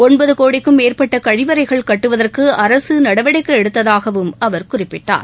ஒன்பது கோடிக்கும் மேற்பட்ட கழிவறைகள் கட்டுவதற்கு அரசு நடவடிக்கை எடுத்ததாகவும் அவர் குறிப்பிட்டார்